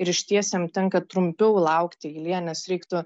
ir išties jam tenka trumpiau laukti eilėje nes reiktų